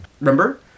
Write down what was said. Remember